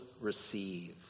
receive